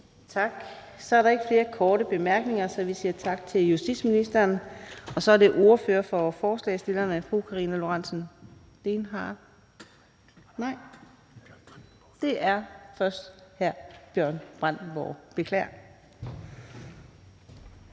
Tak. Så er der ikke flere korte bemærkninger, så vi siger tak til justitsministeren. Og så er det ordføreren for forslagsstillerne, fru Karina Lorentzen Dehnhardt – nej, det er først hr. Bjørn Brandenborg, beklager.